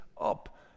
up